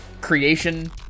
creation